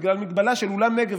בגלל ההגבלה של אולם נגב,